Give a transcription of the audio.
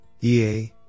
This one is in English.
EA